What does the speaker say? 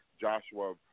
Joshua